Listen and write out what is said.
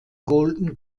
golden